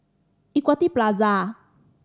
Equity Plaza